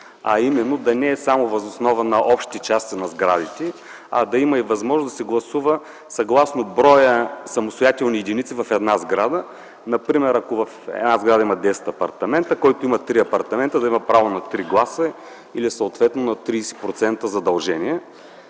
а именно да не е само въз основа на общите части на сградите, а да има и възможност да се гласува съгласно брой самостоятелни единици в една сграда. Например, ако в една сграда има 10 апартамента, който има три апартамента, да има право на три гласа и съответно на 30% задължения.